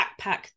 backpack